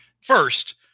First